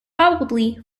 probably